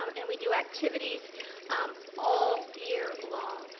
um and we do activities all year long.